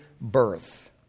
birth